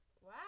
wow